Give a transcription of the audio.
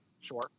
Sure